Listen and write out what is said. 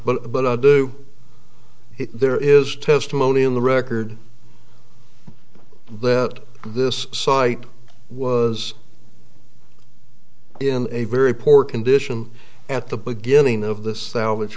but but i do there is testimony in the record that this site was in a very poor condition at the beginning of the salvage